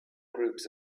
groups